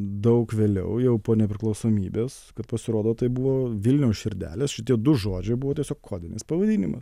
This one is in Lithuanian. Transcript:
daug vėliau jau po nepriklausomybės kad pasirodo tai buvo vilniaus širdelės šitie du žodžiai buvo tiesiog kodinis pavadinimas